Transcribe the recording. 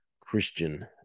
Christian